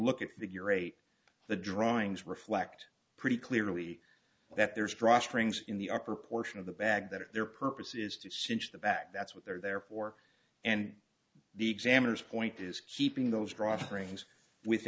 look at the year eight the drawings reflect pretty clearly that there's drawstrings in the upper portion of the bag that their purpose is to cinch the back that's what they're there for and the examiners point is keeping those drawstrings with